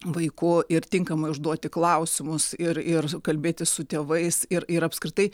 vaiku ir tinkamai užduoti klausimus ir ir kalbėtis su tėvais ir ir apskritai